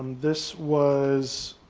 this was,